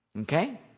okay